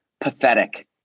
Pathetic